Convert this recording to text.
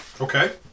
Okay